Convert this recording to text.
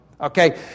Okay